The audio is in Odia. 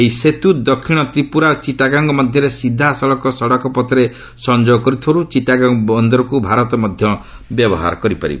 ଏହି ସେତୁ ଦକ୍ଷିଣ ତ୍ରିପୁରା ଓ ଚିଟାଗଙ୍ଗ୍ ମଧ୍ୟରେ ସିଧାସଳଖ ସଡ଼କ ପଥରେ ସଂଯୋଗ କରୁଥିବାରୁ ଚିଟାଗଙ୍ଗ୍ ବନ୍ଦରକୁ ଭାରତ ମଧ୍ୟ ବ୍ୟବହାର କରିପାରିବ